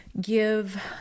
give